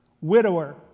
Widower